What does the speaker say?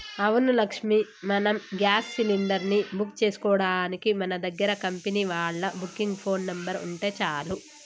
అవును లక్ష్మి మనం gas cylinder ని బుక్ చేసుకోవడానికి మన దగ్గర కంపెనీ వాళ్ళ బుకింగ్ ఫోన్ నెంబర్ ఉంటే చాలు